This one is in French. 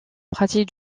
pratique